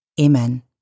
Amen